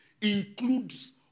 includes